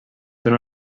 són